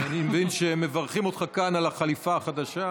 אני מבין שמברכים אותך כאן על החליפה החדשה.